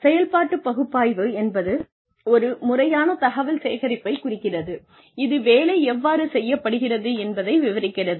செயல்பாட்டு பகுப்பாய்வு என்பது ஒரு முறையான தகவல் சேகரிப்பைக் குறிக்கிறது இது வேலை எவ்வாறு செய்யப்படுகிறது என்பதை விவரிக்கிறது